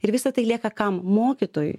ir visa tai lieka kam mokytojui